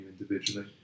individually